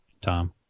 Tom